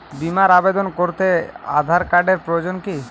বিমার আবেদন করতে আধার কার্ডের প্রয়োজন কি?